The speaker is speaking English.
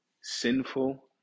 sinful